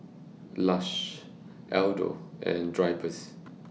Lush Aldo and Drypers